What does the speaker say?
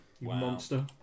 monster